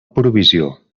provisió